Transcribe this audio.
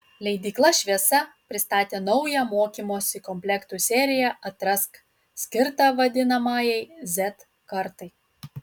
leidykla šviesa pristatė naują mokymosi komplektų seriją atrask skirtą vadinamajai z kartai